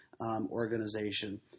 organization